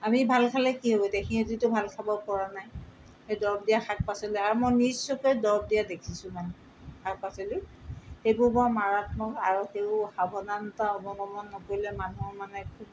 আমি ভাল খালে কি হব এতিয়া সিহঁতেটো ভাল খাব পৰা নাই সেই দৰৱ দিয়া শাক পাচলি আৰু মই নিজ চকুৰে দৰৱ দিয়া দেখিছোঁ মানে শাক পাচলি সেইবোৰ বৰ মাৰাত্মক আৰু সেইবোৰ সাৱধানতা অৱলম্বন নকৰিলে মানুহৰ মানে খুব